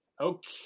okay